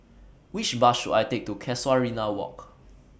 Which Bus should I Take to Casuarina Walk